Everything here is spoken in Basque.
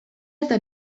eta